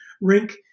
rink